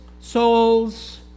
souls